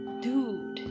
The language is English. Dude